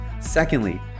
Secondly